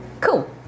Cool